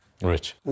Rich